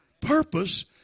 Purpose